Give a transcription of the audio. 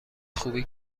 خوبی